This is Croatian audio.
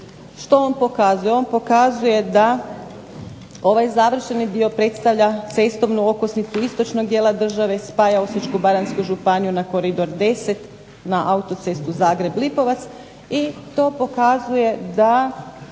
Što on pokazuje? On pokazuje da ovaj završeni dio predstavlja cestovnu okosnicu istočnog dijela države, spaja Osječko-baranjsku županiju na Koridor 10 na autocestu Zagreb-Lipovac i to pokazuje da